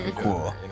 Cool